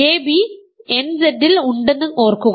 ab nZ ൽ ഉണ്ടെന്നു ഓർക്കുക